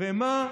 ומה?